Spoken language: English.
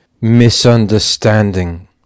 misunderstanding